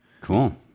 cool